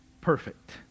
perfect